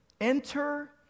Enter